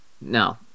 no